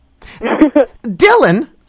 Dylan